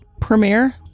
premiere